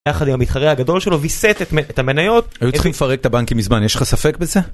יחד עם המתחרה הגדול שלו ויסת את המניות היו צריכים לפרק את הבנקים מזמן יש לך ספק בזה?